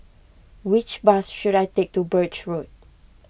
which bus should I take to Birch Road